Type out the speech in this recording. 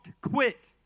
quit